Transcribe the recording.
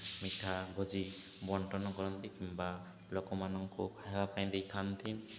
ମିଠା ଭୋଜି ବଣ୍ଟନ କରନ୍ତି କିମ୍ବା ଲୋକମାନଙ୍କୁ ଖାଇବା ପାଇଁ ଦେଇଥାନ୍ତି